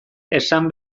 esan